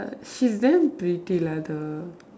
she's damn pretty lah the